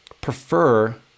prefer